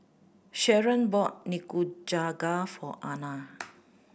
Sharon bought Nikujaga for Ana